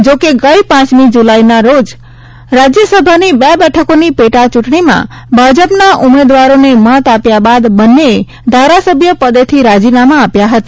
જોકે ગઈ પાંચમી જુલાઈના રોજ રાજ્યસભાની બે બેઠકોની પેટા ચૂંટણીમાં ભાજપના ઉમેદવારોને મત આપ્યા બાદ બંને એ ધારાસભ્ય પદેથી રાજીનામા આપ્યા હતા